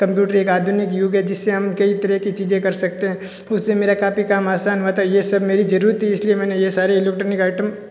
computer एक आधुनिक युग है जिससे हम कई तरह की चीज़ें कर सकते हैं उससे मेरा काफ़ी काम आसान हुआ था ये सब मेरी ज़रूरत थी इसलिए मैंने ये सारे इलेक्ट्रॉनिक आइटम